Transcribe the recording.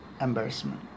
Embarrassment